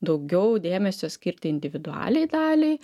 daugiau dėmesio skirti individualiai daliai